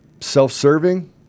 self-serving